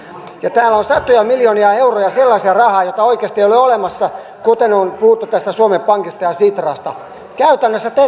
ja täällä on satoja miljoonia euroja sellaista rahaa jota ei oikeasti ole olemassa kuten on puhuttu suomen pankista ja sitrasta käytännössä te